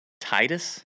Titus